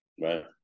Right